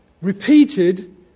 repeated